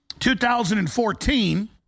2014